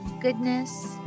goodness